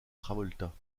travolta